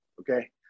okay